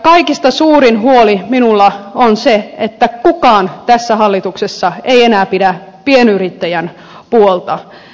kaikista suurin huoli minulla on se että kukaan tässä hallituksessa ei enää pidä pienyrittäjän puolta